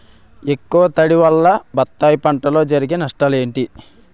ఎక్కువ తడి వల్ల బత్తాయి పంటలో జరిగే నష్టాలేంటి?